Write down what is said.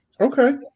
Okay